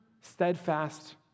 steadfast